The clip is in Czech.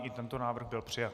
I tento návrh byl přijat.